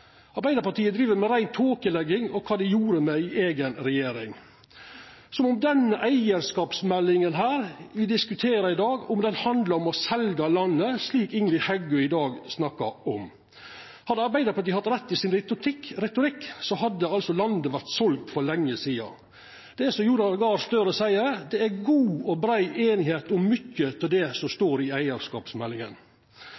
som om denne eigarskapsmeldinga, som me diskuterer i dag, handlar om å selja landet, slik som Ingrid Heggø snakkar om. Hadde Arbeidarpartiet hatt rett i sin retorikk, hadde landet vore selt for lenge sidan. Det er slik som Jonas Gahr Støre seier: Det er god og brei einigheit om mykje av det som